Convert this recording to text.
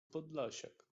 podlasiak